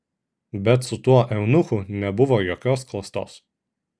bet su tuo eunuchu nebuvo jokios klastos